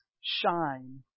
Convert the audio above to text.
shine